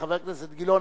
חבר הכנסת גילאון,